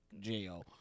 jail